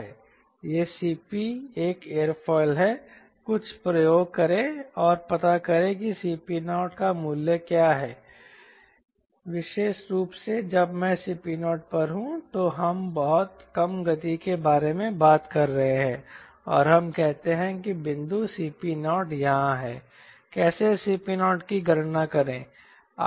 यह Cp एक aerofoil है कुछ प्रयोग करें और पता करें कि Cp0 का मूल्य क्या है विशेष रूप से जब मैं Cp0 पर हूं तो हम बहुत कम गति के बारे में बात कर रहे हैं और हम कहते हैं कि बिंदु Cp0 यहाँ है कैसे Cp0 की गणना करें